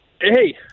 Hey